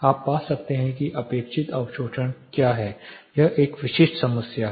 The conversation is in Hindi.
आप पा सकते हैं कि अपेक्षित अवशोषण क्या है यह एक विशिष्ट समस्या है